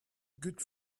good